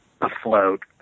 afloat